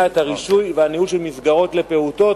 את הרישוי והניהול של מסגרות לפעוטות.